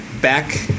Back